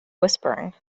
whispering